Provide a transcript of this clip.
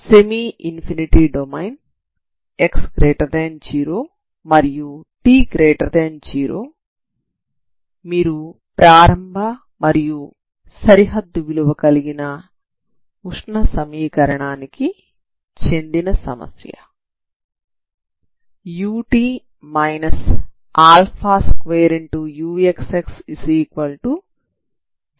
semi infinity domain x0 మరియు t0 మీరు ప్రారంభ మరియు సరిహద్దు విలువ కలిగిన ఉష్ణ సమీకరణానికి చెందిన సమస్య ut 2uxx0 ను కలిగి ఉన్నారు